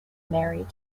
married